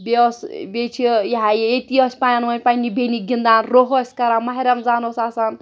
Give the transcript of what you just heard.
بیٚیہِ ٲس بیٚیہِ چھِ یہِ ہَہ یہِ ییٚتی ٲسۍ پانہٕ ؤنۍ پنٛنہِ بیٚنہِ گِنٛدان روٚف ٲسۍ کَران ماہِ رَمضان اوس آسان